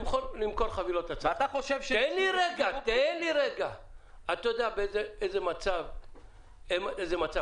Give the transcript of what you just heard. אתה יודע איזה מצב,